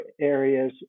areas